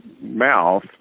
mouth